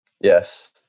Yes